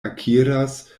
akiras